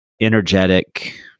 energetic